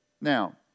Now